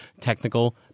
technical